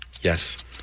Yes